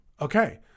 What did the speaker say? Okay